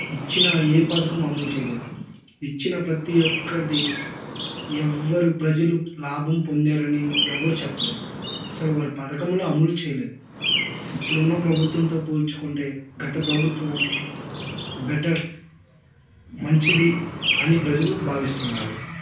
ఇచ్చిన ఏ పథకం అమలు చేయలేదు ఇచ్చిన ప్రతీ ఒక్కటి ఎవ్వరు ప్రజలు లాభం పొందారని ఎవరు చెప్పలేదు అసలు వారి పథకంలు అమలు చేయలేదు ఇప్పుడున్న ప్రభుత్వంతో పోల్చుకుంటే గత ప్రభుత్వం బెటర్ మంచిది అని ప్రజలు భావిస్తున్నారు